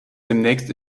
demnächst